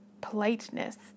politeness